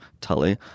Tully